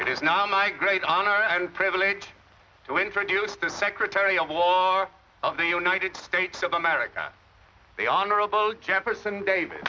it is now my great honor and privilege to introduce the secretary of law of the united states of america the honorable jefferson davi